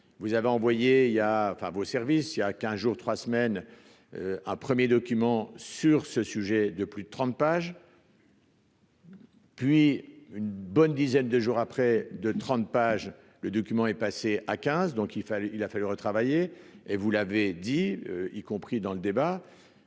vos services il y a 15 jours, 3 semaines, un 1er document sur ce sujet de plus de 30 pages. Puis une bonne dizaine de jours à près de 30 pages, le document est passé à 15, donc il fallait, il a fallu retravailler et vous l'avez dit, y compris dans le débat,